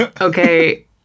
okay